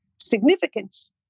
significance